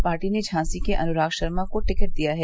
party ने झांसी से अनुराग शर्मा को टिकट दिया है